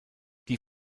die